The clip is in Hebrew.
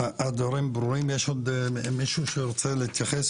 יש עוד מישהו שרוצה להתייחס?